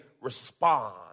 Respond